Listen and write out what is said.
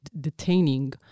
detaining